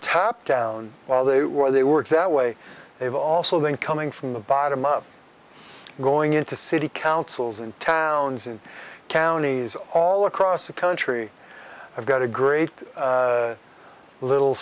tap down while they were they worked their way they've also been coming from the bottom up going into city councils in towns and counties all across the country i've got a great little